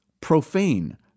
profane